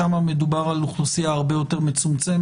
שם מדובר על אוכלוסייה הרבה יותר מצומצמת,